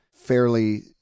fairly